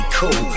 cool